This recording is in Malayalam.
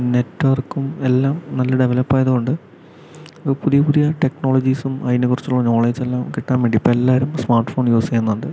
നെറ്റ്വർക്കും എല്ലാം നല്ല ഡെവലപ്പ് ആയതുകൊണ്ട് പുതിയ പുതിയ ടെക്നോളോജീസും അതിനെക്കുറിച്ചുള്ള നോളജും എല്ലാം കിട്ടാൻ വേണ്ടി ഇപ്പോൾ എല്ലാരും സ്മാർട്ട് ഫോൺ യൂസ് ചെയ്യുന്നുണ്ട്